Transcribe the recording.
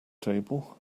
table